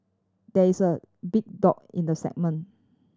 there is a big dog in the segment